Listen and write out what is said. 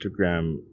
instagram